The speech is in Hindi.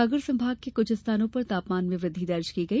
सागर संभाग के कुछ स्थानों पर तापमान में वृद्धि दर्ज की गई